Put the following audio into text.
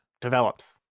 develops